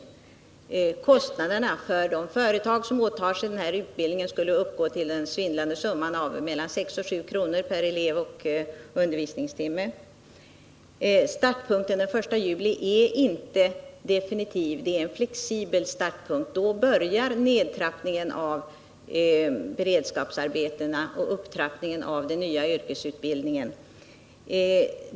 Kostnaderna för de företag som åtar sig den här utbildningen kommer att uppgå till den svindlande summan av mellan 6 och 7 kr. per elev och undervisningstimme. Startpunkten den 1 juli är inte definitiv, utan det är en flexibel startpunkt. Då börjar nedtrappningen av beredskapsarbetena och upptrappningen av den nya yrkesutbildningen.